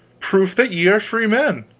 proof that ye are freemen.